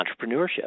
entrepreneurship